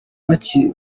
bakiriwe